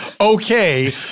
okay